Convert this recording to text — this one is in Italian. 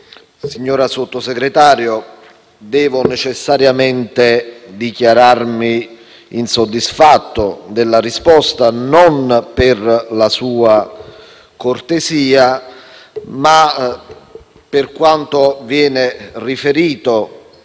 signor Sottosegretario, devo necessariamente dichiararmi insoddisfatto della risposta. Questo non per la sua cortesia, ma perché, per quanto viene riferito